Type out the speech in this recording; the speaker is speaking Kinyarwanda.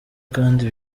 kandi